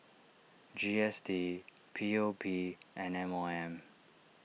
G S T P O P and M O M